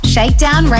Shakedown